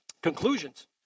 conclusions